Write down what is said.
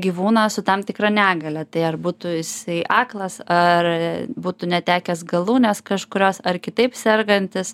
gyvūną su tam tikra negalia tai ar būtų jisai aklas ar būtų netekęs galūnės kažkurios ar kitaip sergantis